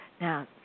Now